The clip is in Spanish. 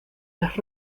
las